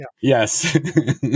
Yes